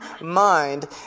mind